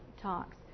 talks